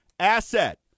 Asset